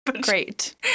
Great